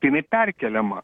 jinai perkeliama